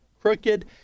crooked